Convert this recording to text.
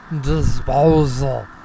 disposal